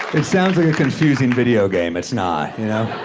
it sounds like a confusing video game. it's not, you know?